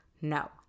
No